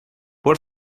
por